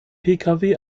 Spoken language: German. pkw